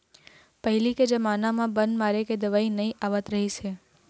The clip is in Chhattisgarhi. पहिली के जमाना म बन मारे के दवई नइ आवत रहिस हे